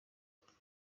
kubera